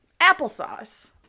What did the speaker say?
Applesauce